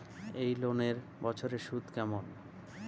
এই লোনের বছরে সুদ কেমন?